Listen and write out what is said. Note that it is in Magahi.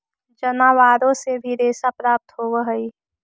जनावारो से भी रेशा प्राप्त होवऽ हई